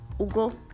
ugo